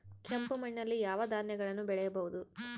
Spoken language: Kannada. ಕೆಂಪು ಮಣ್ಣಲ್ಲಿ ಯಾವ ಧಾನ್ಯಗಳನ್ನು ಬೆಳೆಯಬಹುದು?